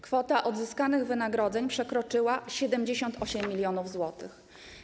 Kwota odzyskanych wynagrodzeń przekroczyła 78 mln zł.